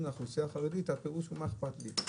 לאוכלוסייה החרדית הפירוש הוא: מה אכפת לי?